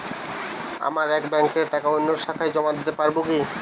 আমার এক ব্যাঙ্কের টাকা অন্য শাখায় জমা দিতে পারব কি?